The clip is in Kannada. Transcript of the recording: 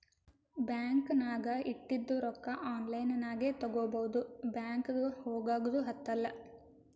ಬ್ಯಾಂಕ್ ನಾಗ್ ಇಟ್ಟಿದು ರೊಕ್ಕಾ ಆನ್ಲೈನ್ ನಾಗೆ ತಗೋಬೋದು ಬ್ಯಾಂಕ್ಗ ಹೋಗಗ್ದು ಹತ್ತಲ್